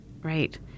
Right